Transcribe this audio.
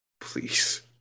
Please